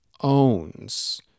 owns